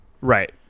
Right